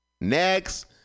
Next